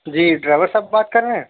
جی driver صاحب بات کر رہے ہیں